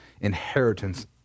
inheritance